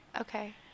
Okay